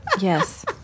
yes